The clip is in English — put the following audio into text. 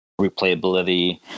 replayability